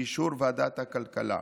באישור ועדת הכלכלה.